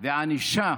וענישה